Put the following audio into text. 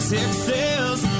Texas